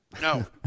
No